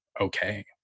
okay